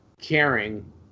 caring